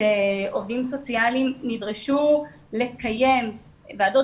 שעובדים סוציאליים נדרשו לקיים ועדות